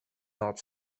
not